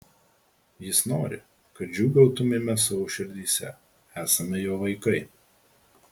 jis nori kad džiūgautumėme savo širdyse esame jo vaikai